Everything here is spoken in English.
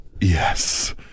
Yes